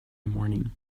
morning